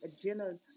agenda